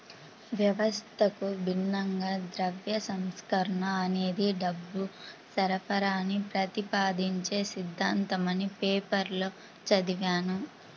వ్యవస్థకు భిన్నంగా ద్రవ్య సంస్కరణ అనేది డబ్బు సరఫరాని ప్రతిపాదించే సిద్ధాంతమని పేపర్లో చదివాను